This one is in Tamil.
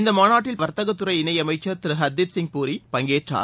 இந்தமாநாட்டில் மத்தியவர்ததகத் துறை இணையமைச்சர் திருஹர்தீப் சிங் பூரி பங்கேற்றார்